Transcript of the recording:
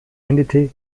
endete